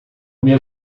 meu